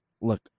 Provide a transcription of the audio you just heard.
look